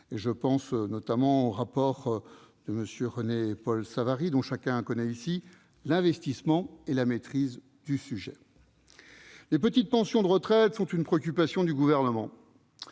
je pense notamment aux rapports de M. René-Paul Savary, dont chacun connaît ici l'investissement et la maîtrise du sujet. Les petites pensions de retraite sont une préoccupation du Gouvernement.